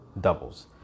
doubles